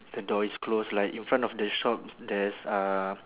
the door is closed like in front of the shop there's uh